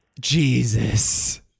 Jesus